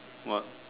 what